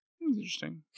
interesting